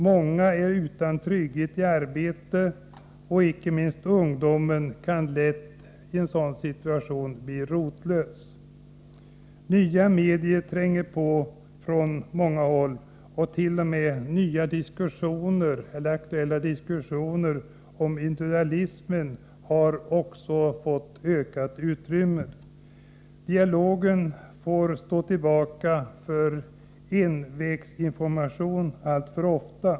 Många är utan trygghet när det gäller arbete. Icke minst ungdomen kan i en sådan situation lätt bli rotlös. Nya medier tränger på från många håll och t.o.m. aktuella diskussioner om individualismen har också fått ökat utrymme. Dialogen får alltför ofta stå tillbaka för envägsinformation.